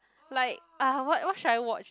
like uh what what should I watch